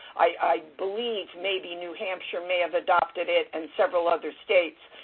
i believe, maybe, new hampshire may have adopted it and several other states.